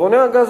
ברוני הגז,